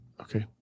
Okay